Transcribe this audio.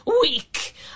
weak